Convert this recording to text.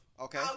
Okay